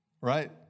right